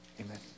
amen